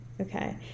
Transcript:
Okay